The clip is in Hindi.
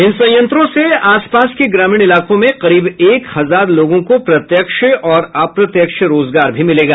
इन संयंत्रों से आसपास के ग्रामीण इलाकों में करीब एक हजार लोगों को प्रत्यक्ष और अप्रत्यक्ष रोजगार भी मिलेगा